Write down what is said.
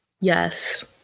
yes